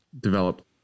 develop